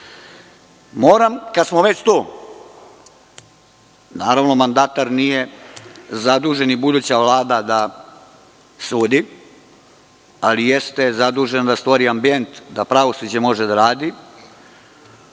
imamo. Moram, kada sam već tu, naravno kada mandatar nije zadužen i buduća Vlada da sudi, ali jeste zadužen da stvori ambijent da pravosuđe može da radi,